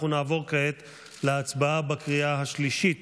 אנחנו נעבור כעת להצבעה בקריאה השלישית